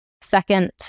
Second